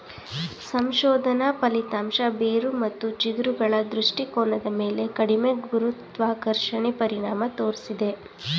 ಸಂಶೋಧನಾ ಫಲಿತಾಂಶ ಬೇರು ಮತ್ತು ಚಿಗುರುಗಳ ದೃಷ್ಟಿಕೋನದ ಮೇಲೆ ಕಡಿಮೆ ಗುರುತ್ವಾಕರ್ಷಣೆ ಪರಿಣಾಮ ತೋರ್ಸಿದೆ